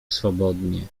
swobodnie